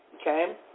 okay